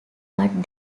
what